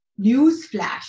Newsflash